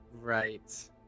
Right